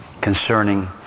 concerning